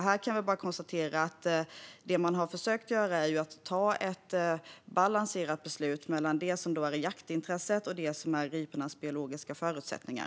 Jag kan bara konstatera att det man har försökt göra är att ta ett balanserat beslut med hänsyn till både jaktintresset och ripornas biologiska förutsättningar.